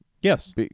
yes